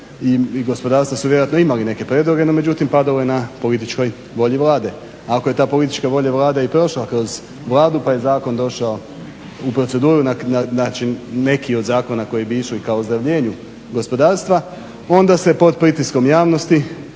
i gospodarstva su imali neke prijedloge no međutim padalo je na političkoj volji Vlade. Ako je ta politička volja Vlade i prošla kroz vladu pa je zakon došao u proceduru … /Govornik se ne razumije./ … neki od zakona koji bi išli koji bi k ozdravljenju gospodarstva onda se pod pritiskom javnosti